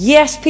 Yes